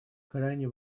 крайне